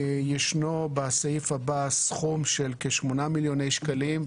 ישנו בסעיף הבא סכום של כ-8 מיליוני שקלים,